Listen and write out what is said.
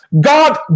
God